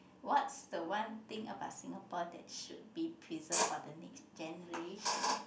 what's the one thing about Singapore that should be preserved for the next generation